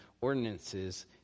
ordinances